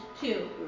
two